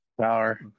Power